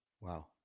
Wow